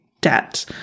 debt